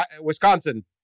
Wisconsin